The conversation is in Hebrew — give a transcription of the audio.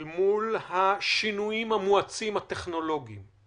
אל מול השינויים הטכנולוגיים המואצים,